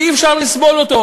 שאי-אפשר לסבול אותו,